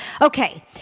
Okay